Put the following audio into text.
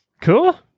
Cool